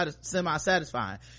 semi-satisfying